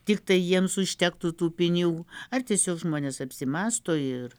tiktai jiems užtektų tų pinigų ar tiesiog žmonės apsimąsto ir